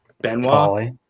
Benoit